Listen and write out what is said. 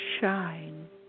shine